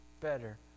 better